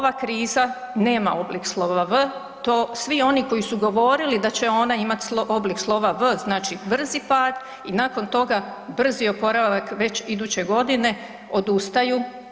Ova kriza nema oblik slova V, to svi oni koji su govorili da će ona imati oblik slova V znači brzi pad i nakon toga brzi oporavak već iduće godine odustaju.